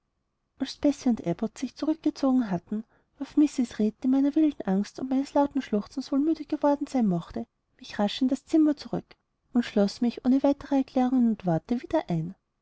als bessie und abbot sich zurückgezogen hatten warf mrs reed die meiner wilden angst und meines lauten schluchzens wohl müde geworden sein mochte mich rasch in das zimmer zurück und schloß mich ohne weitere erklärungen und worte wieder ein